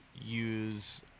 use